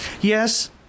Yes